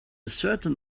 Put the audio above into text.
certain